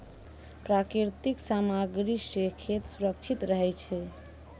प्राकृतिक सामग्री सें खेत सुरक्षित रहै छै